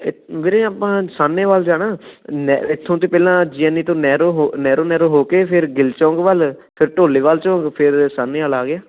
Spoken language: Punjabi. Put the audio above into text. ਵੀਰੇ ਆਪਾਂ ਸਾਹਨੇਵਾਲ ਜਾਣਾ ਇਥੋਂ ਤਾਂ ਪਹਿਲਾਂ ਜੀਨੀ ਤੋਂ ਨਹਿਰੋ ਨਹਿਰੋ ਨਹਿਰੋ ਹੋ ਕੇ ਫਿਰ ਗਿੱਲ ਚੌਂਕ ਵੱਲ ਫਿਰ ਢੋਲੇਵਾਲ ਚੋਂਕ ਫਿਰ ਸਾਹਨੇਆਲ ਆ ਗਿਆ